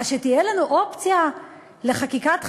אז שתהיה לנו אופציה לחקיקת חירום,